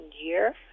year